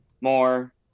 more